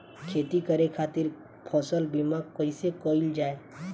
खेती करे के खातीर फसल बीमा कईसे कइल जाए?